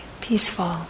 peaceful